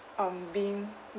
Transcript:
um being